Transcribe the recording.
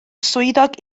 swyddog